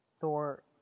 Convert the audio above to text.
Thor